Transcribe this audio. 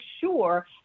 sure